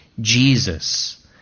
jesus